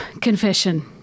Confession